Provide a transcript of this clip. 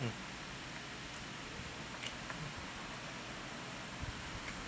mm mm